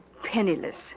penniless